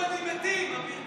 בעד